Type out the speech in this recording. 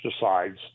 decides